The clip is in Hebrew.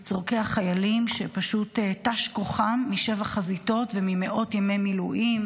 לצורכי החיילים שפשוט תש כוחם משבע חזיתות וממאות ימי מילואים,